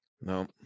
No